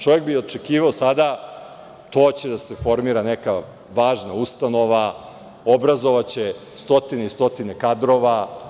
Čovek bi očekivao sada to će da se formira neka važna ustanova, obrazovaće stotine i stotine kadrova.